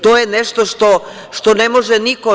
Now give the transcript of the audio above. To je nešto što ne može niko…